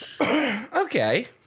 okay